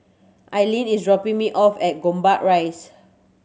Ilene is dropping me off at Gombak Rise